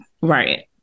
Right